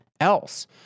else